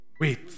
Wait